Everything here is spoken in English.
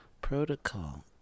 Protocol